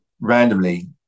randomly